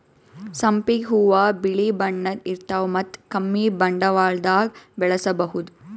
ಸಂಪಿಗ್ ಹೂವಾ ಬಿಳಿ ಬಣ್ಣದ್ ಇರ್ತವ್ ಮತ್ತ್ ಕಮ್ಮಿ ಬಂಡವಾಳ್ದಾಗ್ ಬೆಳಸಬಹುದ್